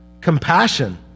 Compassion